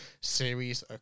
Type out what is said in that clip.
series